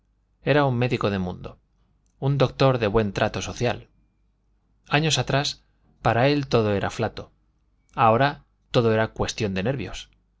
era un médico de mundo un doctor de buen trato social años atrás para él todo era flato ahora todo era cuestión de nervios